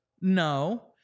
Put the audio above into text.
No